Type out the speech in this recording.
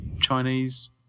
Chinese